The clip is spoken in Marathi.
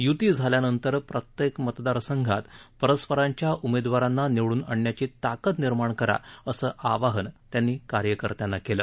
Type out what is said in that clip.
युती झाल्यानंतर प्रत्येक मतदारसंघात परस्परांच्या उमेदवारांना निवडून आणण्याची ताकद निर्माण करा असं आवाहन त्यांनी कार्यकर्त्यांना केलं